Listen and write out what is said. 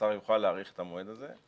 השר יוכל להאריך את המועד הזה,